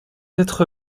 être